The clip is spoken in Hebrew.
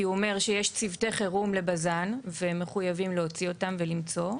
הוא אומר שיש צוותי חירום לבז"ן והם מחויבים להוציא אותם ולמצוא,